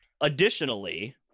Additionally